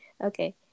Okay